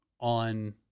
on